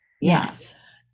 Yes